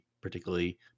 particularly